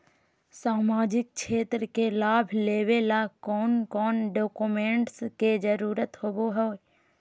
सामाजिक क्षेत्र के लाभ लेबे ला कौन कौन डाक्यूमेंट्स के जरुरत होबो होई?